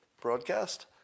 broadcast